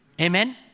Amen